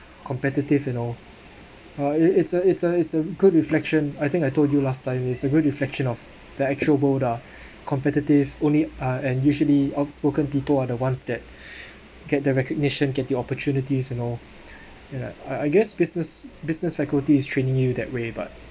competitive you know uh it it's a it's a it's a good reflection I think I told you last time it's a good reflection of the actual world ah competitive only uh and usually outspoken people are the ones that get the recognition get the opportunities you know you know I guess business business faculty is training you that way but